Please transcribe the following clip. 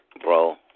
bro